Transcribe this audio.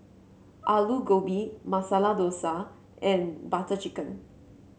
Alu Gobi Masala Dosa and Butter Chicken